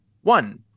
one